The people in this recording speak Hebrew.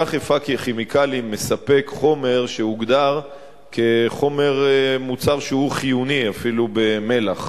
מספק חומר שהוגדר "מוצר חיוני" אפילו במל"ח,